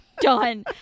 done